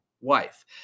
wife